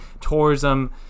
tourism